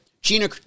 Gina